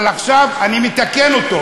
אבל עכשיו אני מתקן אותו,